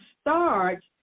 start